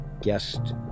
guest